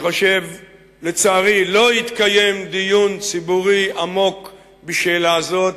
לצערי לא התקיים דיון ציבורי עמוק בשאלה זאת.